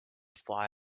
fly